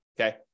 okay